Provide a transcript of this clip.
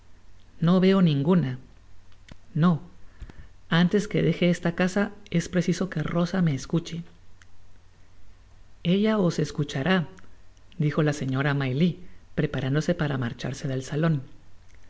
no veo ninguna no antes que deje esta casa es preciso que rosa me escuche ella os escuchará dijo la señora may lie preparándose para marcharse del salon